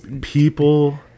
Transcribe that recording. people